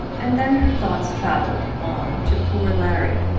and then her thoughts travelled on to poor larry.